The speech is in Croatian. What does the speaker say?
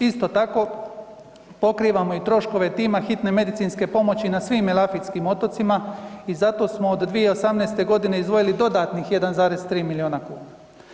Isto tako, pokrivamo i troškove tima hitne medicinske pomoći na svim Elafitskim otocima i zato smo od 2018. g. izdvojili dodatnih 1,3 milijuna kuna.